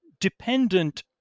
dependent